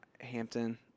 Hampton